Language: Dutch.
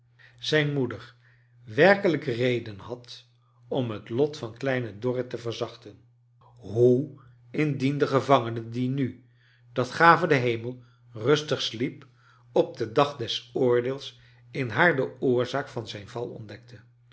zijn moeder werkelijk reden had om het lot van kleine dorrit te verzachten hoe indien de gevangene die nu dat gave de hemel rustig sliep op den dag des oordeels in haar de oorzaak van zijn val